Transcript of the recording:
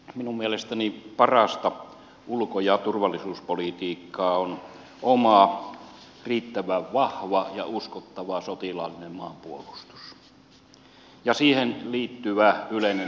minun mielestäni parasta ulko ja turvallisuuspolitiikkaa on oma riittävän vahva ja uskottava sotilaallinen maanpuolustus ja siihen liittyvä yleinen asevelvollisuus